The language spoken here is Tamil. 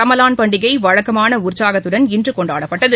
ரமலான் பண்டிகை வழக்கமான உற்சாகத்துடன் இன்று கொண்டாடப்பட்டது